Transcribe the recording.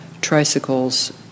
tricycles